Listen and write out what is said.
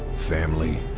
family,